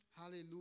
Hallelujah